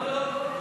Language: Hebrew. לא, לא,